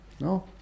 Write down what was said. No